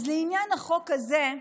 אז לעניין החוק הזה,